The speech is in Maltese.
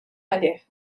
għalih